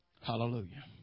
Hallelujah